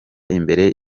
imbere